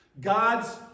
God's